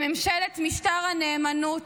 בממשלת משטר הנאמנות,